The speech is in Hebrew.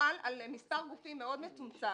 הוא חל על מספר גופים מאוד מצומצם,